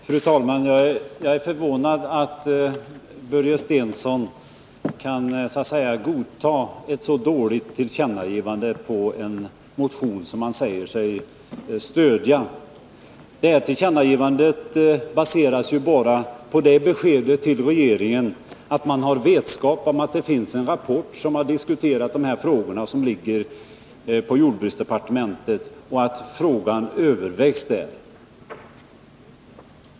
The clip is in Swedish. Fru talman! Jag är förvånad över att Börje Stensson kan godta ett så dåligt tillkännagivande i en motion som han säger sig stödja. Tillkännagivandet syn till naturvård baseras ju bara på det beskedet till regeringen att man har vetskap om att och kulturminnes dessa frågor tas upp i en rapport som ligger på jordbruksdepartementets bord vård samt att frågorna övervägs där.